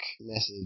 message